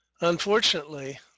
Unfortunately